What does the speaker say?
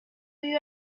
you